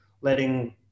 letting